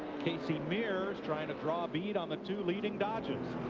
casey mears tries to draw a bead on the two leading and draw